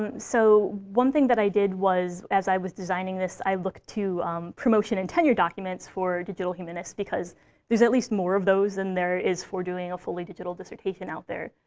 so one thing that i did was as i was designing this, i looked to promotion and tenure documents for digital humanists. because there's at least more of those than there is for doing a fully digital dissertation out there.